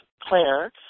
Claire